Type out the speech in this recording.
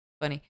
Funny